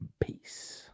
peace